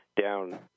down